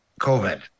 COVID